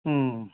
ꯎꯝ